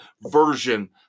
version